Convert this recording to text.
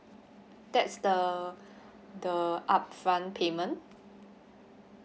that's the the upfront payment